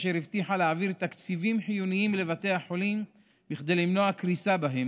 אשר הבטיחה להעביר תקציבים חיוניים לבתי החולים כדי למנוע קריסה בהם,